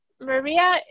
Maria